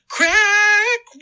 Crack